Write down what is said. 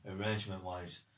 arrangement-wise